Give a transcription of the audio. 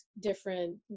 different